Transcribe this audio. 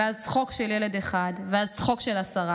ואז צחוק של ילד אחד.